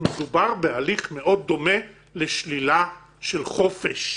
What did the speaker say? מדובר בהליך מאוד דומה לשלילה של חופש,